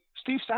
Steve